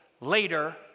later